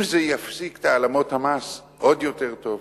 אם זה יפסיק את העלמות המס, עוד יותר טוב.